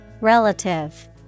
Relative